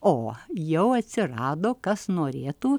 o jau atsirado kas norėtų